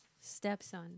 stepson